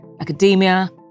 academia